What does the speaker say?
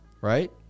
right